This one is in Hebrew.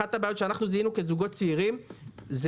אחת הבעיות שזיהינו כזוגות צעירים זה